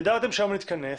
ידעתם שהיום נתכנס.